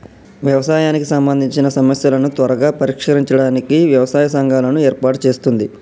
వ్యవసాయానికి సంబందిచిన సమస్యలను త్వరగా పరిష్కరించడానికి వ్యవసాయ సంఘాలను ఏర్పాటు చేస్తుంది